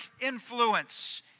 influence